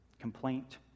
Complaint